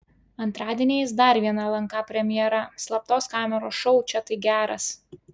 antradieniais dar viena lnk premjera slaptos kameros šou čia tai geras